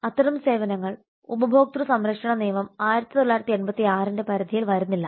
അതിനാൽ അത്തരം സേവനങ്ങൾ ഉപഭോക്തൃ സംരക്ഷണ നിയമം 1986 ന്റെ പരിധിയിൽ വരുന്നില്ല